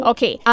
Okay